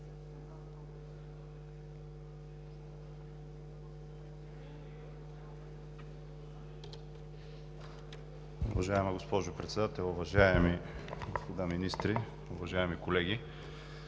Уважаема госпожо Председател, уважаеми господа министри, уважаеми колеги!